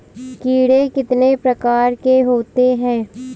कीड़े कितने प्रकार के होते हैं?